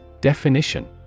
Definition